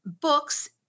books